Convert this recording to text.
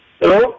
Hello